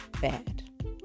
bad